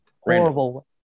Horrible